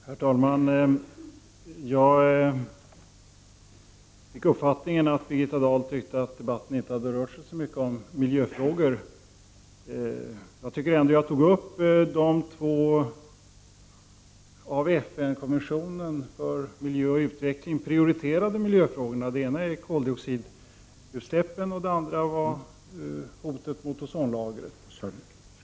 Herr talman! Jag fick den uppfattningen att Birgitta Dahl tyckte att debatten inte hade rört sig så mycket om miljöfrågorna. Men jag tog ändå upp de två av FN-kommissionen för miljö och utveckling prioriterade miljöområ dena. Den ena är på koldioxidutsläppen och den andra hotet mot ozonlagret.